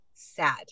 Sad